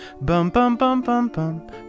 bum-bum-bum-bum-bum